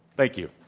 thank you.